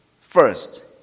First